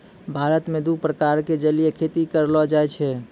भारत मॅ दू प्रकार के जलीय खेती करलो जाय छै